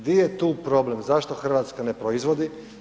Di je tu problem zašto Hrvatska ne proizvodi?